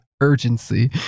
urgency